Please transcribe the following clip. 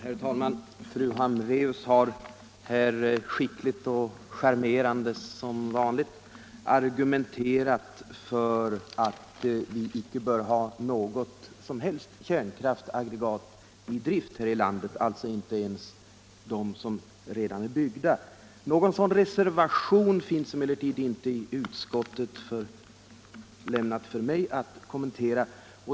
Herr talman! Fru Hambraeus har som vanligt skickligt och charmerande argumenterat för att vi inte bör ha något som helst kärnkraftsaggregat i drift här i landet, alltså inte ens de som redan är byggda. Någon sådan reservation finns emellertid inte i utskottet för mig att kommentera.